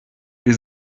wir